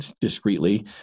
discreetly